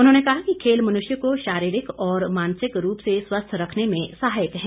उन्होंने कहा कि खेल मनुष्य को शारीरिक और मानसिक रूप से स्वस्थ रखने में सहायक है